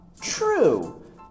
true